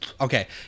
Okay